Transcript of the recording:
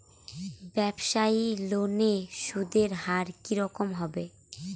ব্যবসায়ী লোনে সুদের হার কি রকম হবে?